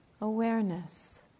awareness